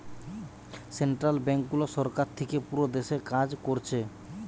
central ব্যাংকগুলো সরকার থিকে পুরো দেশে কাজ কোরছে